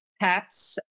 pets